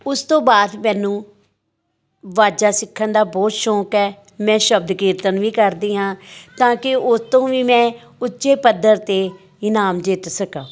ਉਸ ਤੋਂ ਬਾਅਦ ਮੈਨੂੰ ਵਾਜਾ ਸਿੱਖਣ ਦਾ ਬਹੁਤ ਸ਼ੌਂਕ ਹੈ ਮੈਂ ਸ਼ਬਦ ਕੀਰਤਨ ਵੀ ਕਰਦੀ ਹਾਂ ਤਾਂ ਕਿ ਉਸ ਤੋਂ ਵੀ ਮੈਂ ਉੱਚੇ ਪੱਧਰ 'ਤੇ ਇਨਾਮ ਜਿੱਤ ਸਕਾਂ